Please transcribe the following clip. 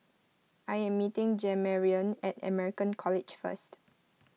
I am meeting Jamarion at American College first